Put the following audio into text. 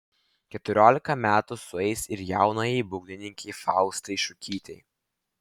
keturiolika metų sueis ir jaunajai būgnininkei faustai šukytei